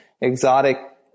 exotic